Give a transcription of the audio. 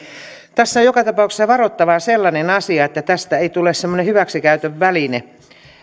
on joka tapauksessa varottava sellaista asiaa että tästä ei tule semmoinen hyväksikäytön väline